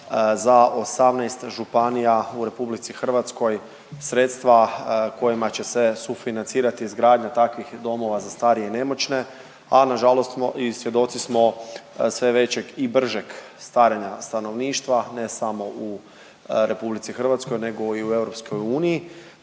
za 18 županija u RH sredstva kojima će se sufinancirati izgradnja takvih domova za starije i nemoćne, a nažalost smo i svjedoci smo sve većeg i bržeg starenja stanovništva. Ne samo u RH nego i u Europskoj uniji.